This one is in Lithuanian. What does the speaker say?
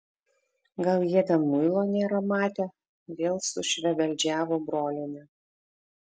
gal jie ten muilo nėra matę vėl sušvebeldžiavo brolienė